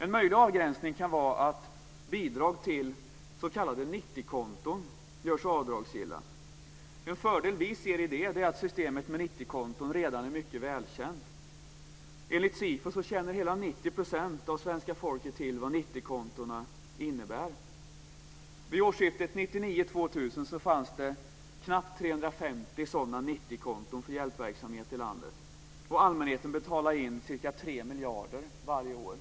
En möjlig avgränsning kan vara att bidrag till s.k. 90-konton görs avdragsgilla. En fördel med detta är att systemet med 90-konton redan är mycket välkänt. Enligt SIFO känner hela 90 % av svenska folket till vad 90-kontona innebär. konton för hjälpverksamhet i landet. Allmänheten betalar in ca 3 miljarder varje år.